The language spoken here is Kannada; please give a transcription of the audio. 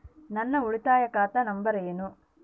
ನನ್ನ ಉಳಿತಾಯ ಖಾತೆ ನಂಬರ್ ಏನು?